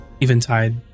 Eventide